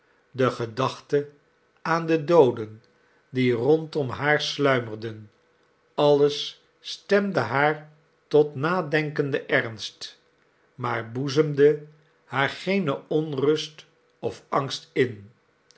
de gedachte aan de dooden die rondom haar sluimerden alles stemdehaar tot nadenkenden ernst maar boezemde haar geene onrust of angst in